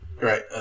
Right